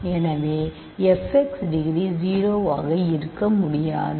எனவே f x degree 0 ஆக இருக்க முடியாது